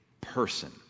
person